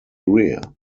rear